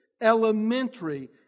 elementary